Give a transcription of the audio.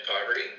Poverty